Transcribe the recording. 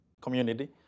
community